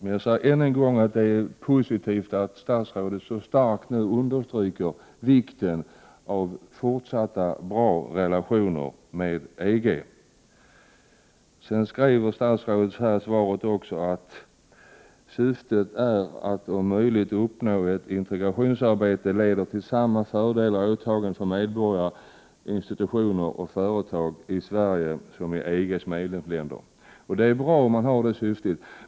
Jag säger än en gång att det är positivt att statsrådet nu så starkt understryker vikten av fortsatta och bra relationer med EG. Statsrådet säger isitt svar att: ”Syftet är att om möjligt uppnå att integrationsarbetet leder till samma fördelar och åtaganden för medborgare, institutioner och företag i Sverige, som i EG:s medlemsländer.” Det är bra om man har det syftet.